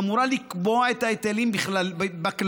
שאמורה לקבוע את ההיטלים בכללים,